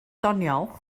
doniol